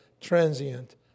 transient